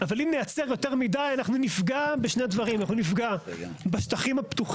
אנחנו בוועדת הפנים